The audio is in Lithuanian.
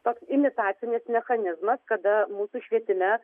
toks imitacinis mechanizmas kada mūsų švietime